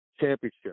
Championship